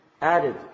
added